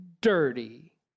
dirty